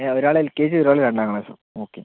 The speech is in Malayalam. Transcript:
ഏഹ് ഒരാൾ എൽ കെ ജി ഒരാൾ രണ്ടാം ക്ലാസ്സും ഓക്കെ